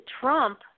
Trump